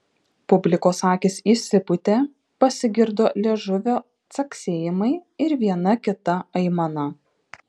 publikos akys išsipūtė pasigirdo liežuvio caksėjimai ir viena kita aimana